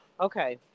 Okay